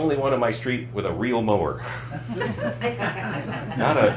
only one of my street with a real mower not a